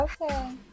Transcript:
Okay